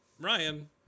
Ryan